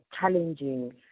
challenging